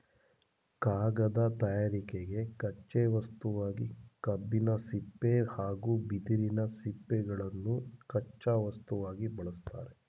ಕಾಗದ ತಯಾರಿಕೆಗೆ ಕಚ್ಚೆ ವಸ್ತುವಾಗಿ ಕಬ್ಬಿನ ಸಿಪ್ಪೆ ಹಾಗೂ ಬಿದಿರಿನ ಸಿಪ್ಪೆಗಳನ್ನು ಕಚ್ಚಾ ವಸ್ತುವಾಗಿ ಬಳ್ಸತ್ತರೆ